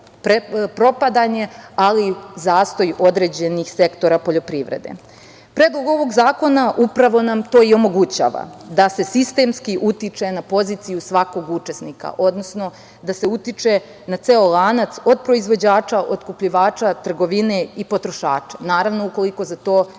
ali i zastoj određenih sektora poljoprivrede. Predlog ovog zakona upravo nam to i omogućava, da se sistemski utiče na poziciju svakog učesnika, odnosno da se utiče na ceo lanac od proizvođača, otkupljivača, trgovine i potrošača, naravno, ukoliko za to postoji